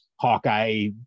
Hawkeye